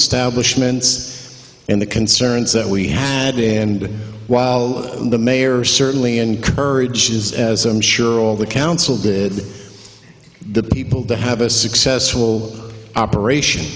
establishments and the concerns that we had and while the mayor certainly encouraged as i'm sure all the council did the people to have a successful operation